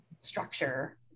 structure